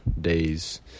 days